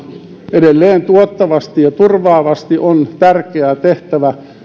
edelleen tuottavasti ja turvaavasti on tärkeä tehtävä